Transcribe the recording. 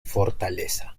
fortaleza